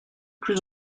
plus